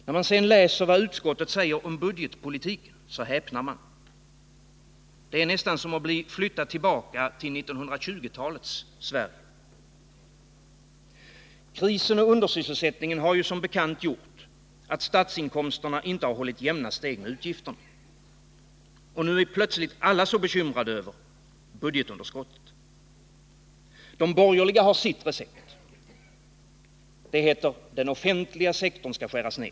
När man sedan läser vad utskottet säger om budgetpolitiken häpnar man. Det är nästan som att bli flyttad tillbaka till 1920-talets Sverige. Krisen och undersysselsättningen har som bekant gjort att statsinkomsterna inte hållit jämna steg med utgifterna. Och nu är plötsligt alla så bekymrade över budgetunderskottet. De borgerliga har sitt recept. Det heter: Den offentliga sektorn skall skäras ner.